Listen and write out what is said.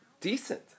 decent